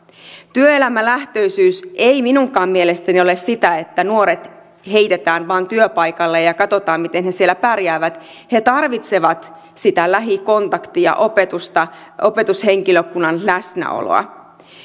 työelämälähtöisyys ei minunkaan mielestäni ole sitä että nuoret heitetään vain työpaikalle ja ja katsotaan miten he siellä pärjäävät he tarvitsevat lähikontaktia opetusta opetushenkilökunnan läsnäoloa